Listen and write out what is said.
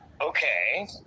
Okay